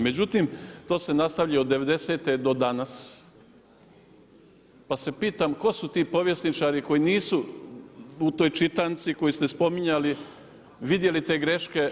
Međutim, to se nastavlja i od devedesete do danas, pa se pitam tko su ti povjesničari koji nisu u toj čitanci koju ste spominjali, vidjeli te greške